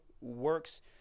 works